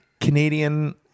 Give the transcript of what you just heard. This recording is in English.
Canadian